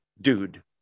dude